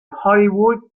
hollywood